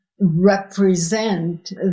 represent